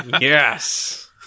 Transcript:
Yes